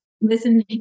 listen